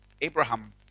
Abraham